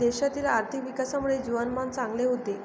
देशातील आर्थिक विकासामुळे जीवनमान चांगले होते